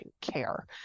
care